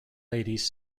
ladies